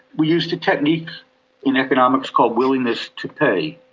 we used a technique in economics called willingness to pay.